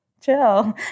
Chill